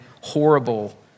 horrible